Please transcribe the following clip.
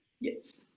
Yes